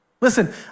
Listen